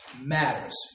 matters